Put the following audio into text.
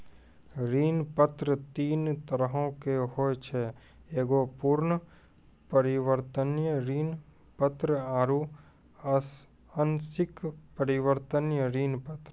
ऋण पत्र तीन तरहो के होय छै एगो पूर्ण परिवर्तनीय ऋण पत्र आरु आंशिक परिवर्तनीय ऋण पत्र